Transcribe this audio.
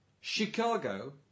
Chicago